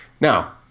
Now